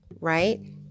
Right